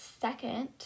second